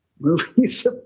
movies